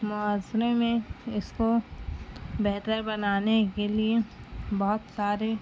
معاشرے میں اس کو بہتر بنانے کے لیے بہت سارے